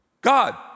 God